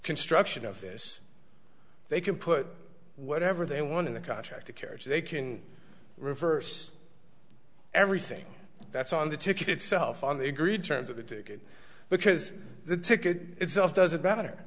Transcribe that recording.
construction of this they can put whatever they want in the contract of carriage so they can reverse everything that's on the ticket itself on the agreed terms of the ticket because the ticket itself doesn't matter